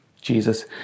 Jesus